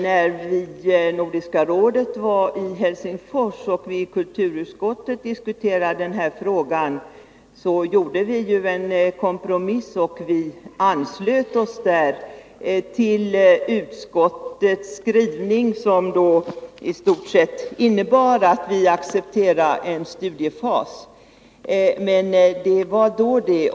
När Nordiska rådet var i Helsingfors och vi i kulturutskottet diskuterade denna fråga gjorde vi en kompromiss och anslöt oss till utskottets skrivning, som i stort sett innebar att vi accepterar en studiefas. Men det var då det.